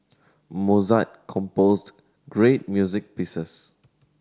Mozart composed great music pieces